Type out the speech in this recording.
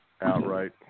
outright